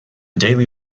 daily